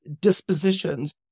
dispositions